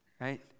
right